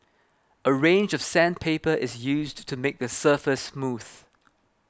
a range of sandpaper is used to make the surface smooth